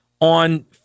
on